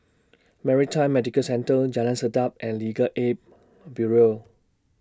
Maritime Medical Centre Jalan Sedap and Legal Aid Bureau